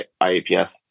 IAPS